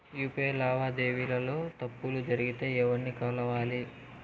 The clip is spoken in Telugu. యు.పి.ఐ లావాదేవీల లో తప్పులు జరిగితే ఎవర్ని కలవాలి?